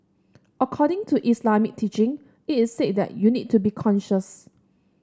according to Islamic teaching it is said that you need to be conscious